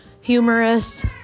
humorous